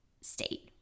state